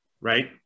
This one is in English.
Right